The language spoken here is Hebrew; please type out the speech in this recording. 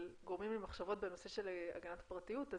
אבל גורמים לי למחשבות בנושא של הגנת הפרטיות.